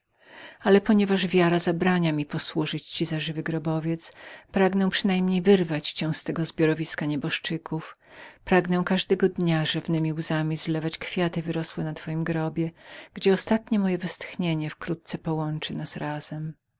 ale ponieważ wiara zabrania mi posłużenia ci za żywy grobowiec pragnę przynajmniej wyrwać cię ogólnemu prochowi leżących tu nieboszczyków pragnę każdego dnia rzewnemi łzami zlewać kwiaty wyrosłe na twoim grobie gdzie ostatnie moje westchnienie wkrótce połączy nas razem